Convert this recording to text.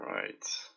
Right